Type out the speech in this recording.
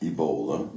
Ebola